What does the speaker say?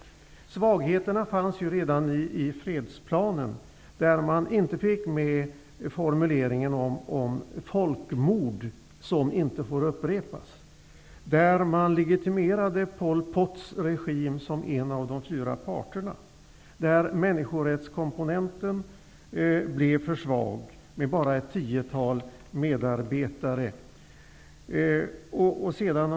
Svagheterna fanns ju redan i fredsplanen, där man inte fick med formuleringen om att ett folkmord inte får upprepas. Man legitimerade Pol Pots regim som en av de fyra parterna, och människorättskomponenten blev för svag med bara ett tiotal medarbetare engagerade.